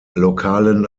lokalen